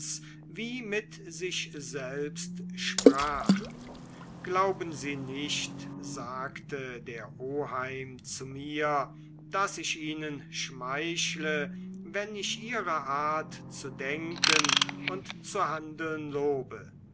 wie mit sich selbst sprach glauben sie nicht sagte der oheim zu mir daß ich ihnen schmeichle wenn ich ihre art zu denken und zu handeln lobe